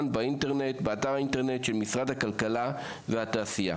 באתר האינטרנט של משרד הכלכלה והתעשייה.